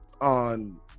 on